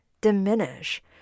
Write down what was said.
diminish